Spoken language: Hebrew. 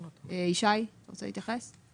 שי, רוצה להתייחס?